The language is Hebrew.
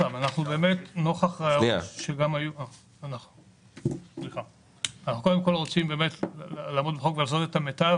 אנחנו קודם כל רוצים באמת לעמוד בחוק ולעשות את המיטב,